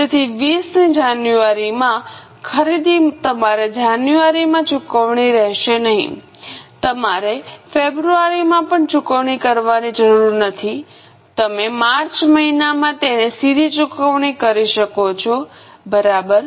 તેથી 20 ની જાન્યુઆરીમાં ખરીદી તમારે જાન્યુઆરીમાં ચૂકવવાની રહેશે નહીં તમારે ફેબ્રુઆરીમાં પણ ચૂકવણી કરવાની જરૂર નથી તમે માર્ચ મહિનામાં તેને સીધી ચૂકવણી કરી શકો છો બરાબર